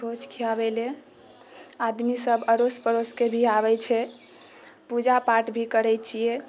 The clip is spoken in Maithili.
भोज खियाबै लए आदमी सभ अड़ोस पड़ोसके भी आबै छै पूजा पाठ भी करै छियै